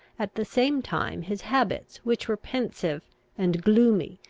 at the same time his habits, which were pensive and gloomy,